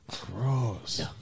Gross